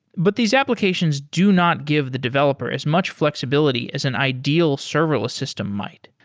but these applications do not give the developer as much flexibility as an ideal serverless system might.